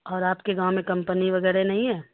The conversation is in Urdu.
اور آپ کے گاؤں میں کمپنی وغیرہ نہیں ہیں